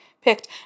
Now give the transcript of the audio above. picked